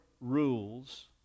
rules